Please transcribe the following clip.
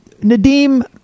Nadim